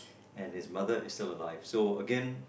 and his mother is still alive so again